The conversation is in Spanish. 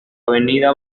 avenida